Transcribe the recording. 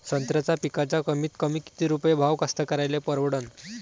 संत्र्याचा पिकाचा कमीतकमी किती रुपये भाव कास्तकाराइले परवडन?